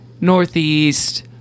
Northeast